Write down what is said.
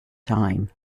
time